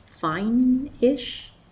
fine-ish